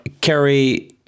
Kerry